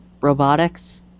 robotics